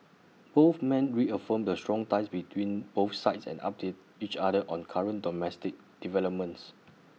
both men reaffirmed the strong ties between both sides and updated each other on current domestic developments